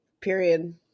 Period